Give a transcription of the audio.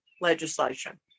legislation